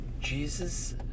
Jesus